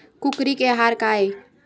कुकरी के आहार काय?